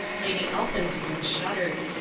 lady elphinspoon shuddered.